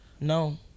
No